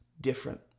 different